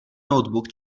notebook